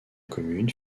commune